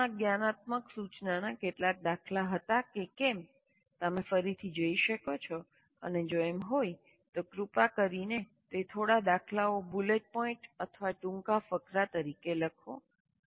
તમારા કોર્સમાં જ્ઞાનાત્મક સૂચનાના કેટલાક દાખલા હતા કે કેમ તે તમે ફરીથી જોઈ શકો છો અને જો એમ હોય તો કૃપા કરીને તે થોડા દાખલાઓ બુલેટ પોઇન્ટ અથવા ટૂંકા ફકરા તરીકે લખો